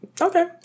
Okay